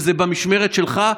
וזה במשמרת שלך.